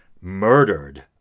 murdered